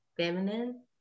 feminine